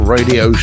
Radio